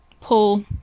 pull